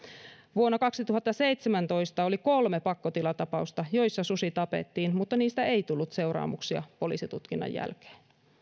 vuonna kaksituhattaseitsemäntoista oli kolme pakkotilatapausta joissa susi tapettiin mutta niistä ei tullut seuraamuksia poliisitutkinnan jälkeen